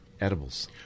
edibles